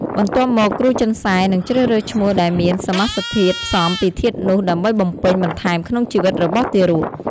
បន្ទាប់មក គ្រូចិនសែនឹងជ្រើសរើសឈ្មោះដែលមានសមាសធាតុផ្សំពីធាតុនោះ ដើម្បីបំពេញបន្ថែមក្នុងជីវិតរបស់ទារក។